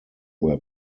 were